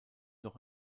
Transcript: noch